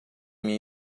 minha